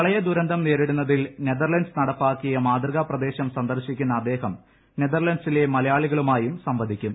പ്രളയ ദുരന്തം നേരിടുന്നതിൽ നെതർലന്റ് നടപ്പാക്കിയ മാതൃകപ്രദേശും സന്ദർശിക്കുന്ന അദ്ദേഹം നെതർലൻ്സിലെ മലയാളികളുമായും സംവദിക്കും